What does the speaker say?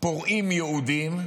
פורעים יהודים,